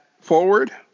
forward